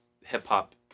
hip-hop